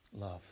Love